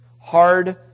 hard